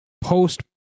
post